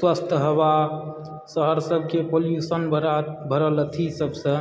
स्वस्थ हवा शहर सभकेँ पॉल्युशन बढ़ल अथी सभसँ